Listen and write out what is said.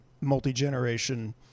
multi-generation